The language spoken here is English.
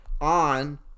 on